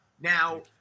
Now